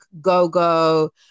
Go-Go